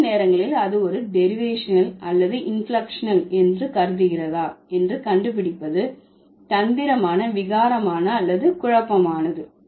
சில நேரங்களில் அது ஒரு டெரிவேஷனல் அல்லது இன்பிளெக்க்ஷனல் என்று கருதுகிறதா என்று கண்டுபிடிப்பது தந்திரமான விகாரமான அல்லது குழப்பமானது